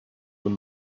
your